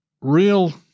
real